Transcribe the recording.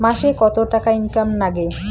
মাসে কত টাকা ইনকাম নাগে?